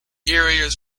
areas